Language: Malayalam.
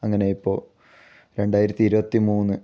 അങ്ങനെ ഇപ്പോൾ രണ്ടായിരത്തി ഇരുപത്തിമൂന്ന്